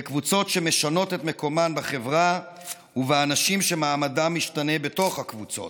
בקבוצות שמשנות את מקומן בחברה ובאנשים שמעמדם משתנה בתוך הקבוצות.